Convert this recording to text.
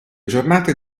giornate